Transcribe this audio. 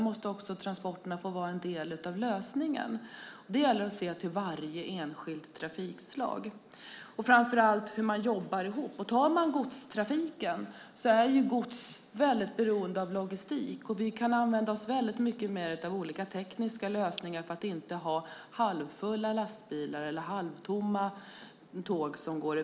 Men transporterna måste också få vara en del av lösningen. Det gäller att se till varje enskilt trafikslag och framför allt se på hur man jobbar ihop. För att ta godstrafiken: Gods är väldigt beroende av logistik. Vi kan använda oss mycket mer av olika tekniska lösningar för att inte ha halvfulla lastbilar eller halvtomma tåg.